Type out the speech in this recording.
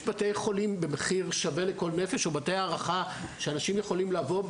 יש בתי חולים במחיר שווה לכל נפש או בתי הארחה שאנשים יכולים לבוא.